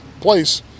place